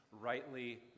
rightly